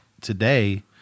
today